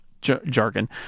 jargon